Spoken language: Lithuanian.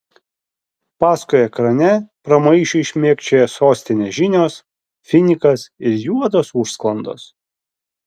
paskui ekrane pramaišiui šmėkščioja sostinės žinios finikas ir juodos užsklandos